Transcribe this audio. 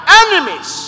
enemies